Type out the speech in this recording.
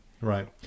Right